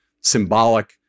symbolic